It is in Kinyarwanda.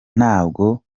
ntabwo